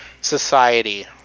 society